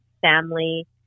family